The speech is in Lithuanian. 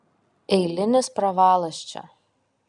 eilinis pravalas čia